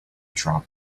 drop